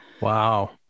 wow